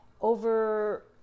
over